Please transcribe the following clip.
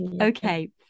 Okay